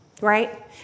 right